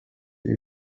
your